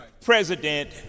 president